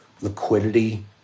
liquidity